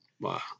Wow